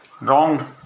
wrong